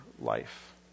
life